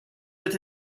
with